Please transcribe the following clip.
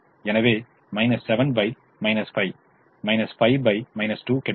எனவே 7 5 5 2 கிடைக்கிறது